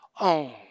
own